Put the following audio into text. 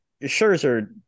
Scherzer